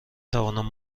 توانم